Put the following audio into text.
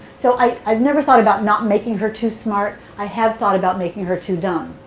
so i never thought about not making her too smart. i have thought about making her too dumb.